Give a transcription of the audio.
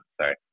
sorry